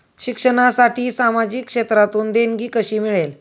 शिक्षणासाठी सामाजिक क्षेत्रातून देणगी कशी मिळेल?